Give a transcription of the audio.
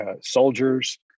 soldiers